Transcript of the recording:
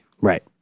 Right